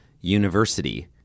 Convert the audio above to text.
University